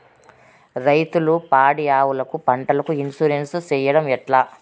రైతులు పాడి ఆవులకు, పంటలకు, ఇన్సూరెన్సు సేయడం ఎట్లా?